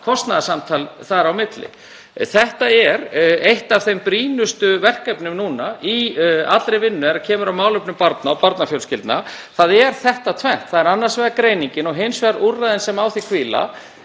kostnaðarsamtal þar á milli. Eitt af brýnustu verkefnunum núna í allri vinnu þegar kemur að málefnum barna og barnafjölskyldna er þetta tvennt, þ.e. annars vegar greiningin og hins vegar úrræðin sem á því hvíla.